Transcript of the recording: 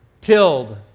tilled